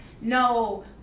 no